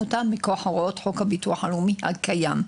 בחנו אותן מכוח הוראות חוק הביטוח הלאומי הקיים.